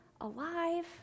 alive